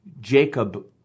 Jacob